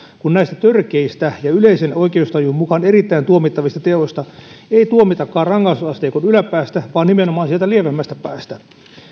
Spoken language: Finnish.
kun näistä törkeistä ja yleisen oikeustajun mukaan erittäin tuomittavista teoista ei tuomitakaan rangaistusasteikon yläpäästä vaan nimenomaan sieltä lievemmästä päästä